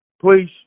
Please